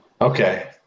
Okay